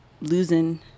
losing